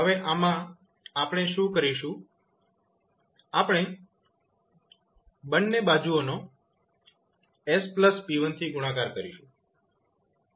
હવે આમાં આપણે શું કરીશું આપણે બંને બાજુઓનો s p1 થી ગુણાકાર કરીશું